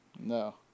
No